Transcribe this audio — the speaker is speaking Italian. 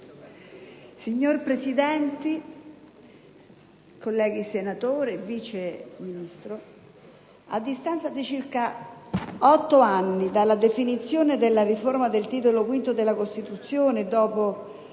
finanza pubblica. Colleghi senatori, vice ministro Vegas, a distanza di circa otto anni dalla definizione della riforma del Titolo V della Costituzione, dopo